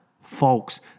folks